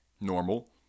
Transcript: normal